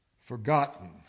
forgotten